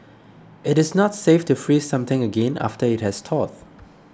it is not safe to freeze something again after it has thawed